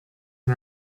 and